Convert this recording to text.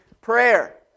prayer